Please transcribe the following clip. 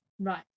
Right